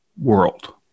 world